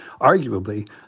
arguably